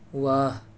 واہ